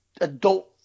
adult